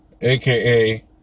aka